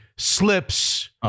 slips